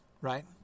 right